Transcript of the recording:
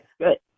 Good